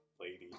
lady